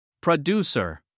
Producer